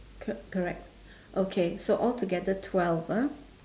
c~ correct okay so all together twelve ah